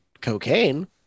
cocaine